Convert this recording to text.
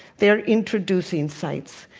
they're introducing sites.